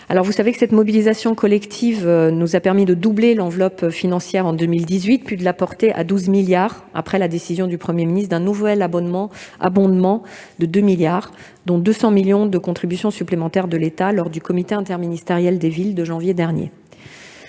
et du mouvement HLM. Cette mobilisation collective a permis de doubler l'enveloppe financière en 2018, puis de la porter à 12 milliards d'euros après la décision du Premier ministre d'un nouvel abondement de 2 milliards d'euros, dont 200 millions d'euros de contribution supplémentaire de l'État, lors du comité interministériel des villes de janvier dernier.